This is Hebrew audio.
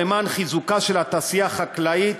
ולמען חיזוקה של התעשייה החקלאית,